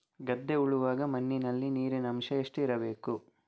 ಗದ್ದೆ ಉಳುವಾಗ ಮಣ್ಣಿನಲ್ಲಿ ನೀರಿನ ಅಂಶ ಎಷ್ಟು ಇರಬೇಕು?